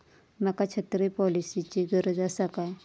माका छत्री पॉलिसिची गरज आसा काय?